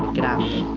camps,